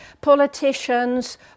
politicians